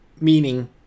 meaning